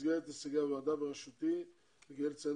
במסגרת הישגי הוועדה ראשותי צריך לציין